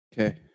Okay